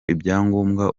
ibyangombwa